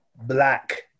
Black